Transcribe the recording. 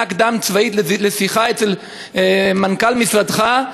קדם-צבאית לשיחה אצל מנכ"ל משרדך.